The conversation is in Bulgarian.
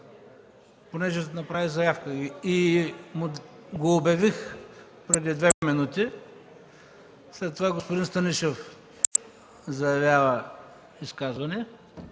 понеже направи заявка и го обявих преди две минути. След това господин Станишев заявява изказване.